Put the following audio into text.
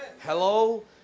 Hello